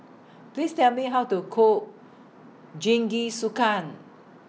Please Tell Me How to Cook Jingisukan